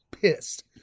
pissed